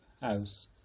house